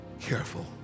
careful